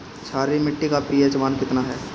क्षारीय मीट्टी का पी.एच मान कितना ह?